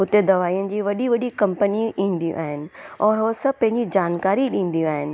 हुते दवाईनि जी वॾी वॾी कंपनी ईंदियूं आहिनि और उहो सभु पंहिंजी जानकारी ॾींदियूं आहिनि